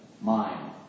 mind